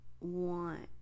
want